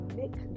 make